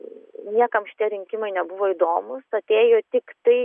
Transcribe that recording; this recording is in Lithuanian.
niekam šitie rinkimai nebuvo įdomūs atėjo tiktai